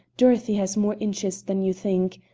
dorothy has more inches than you think.